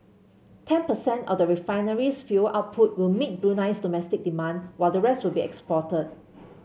ten percent of the refinery's fuel output will meet Brunei's domestic demand while the rest will be exported